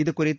இதுகுறித்து